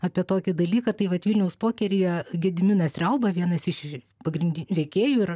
apie tokį dalyką tai vat vilniaus pokeryje gediminas rauba vienas iš pagrindinių veikėjų ir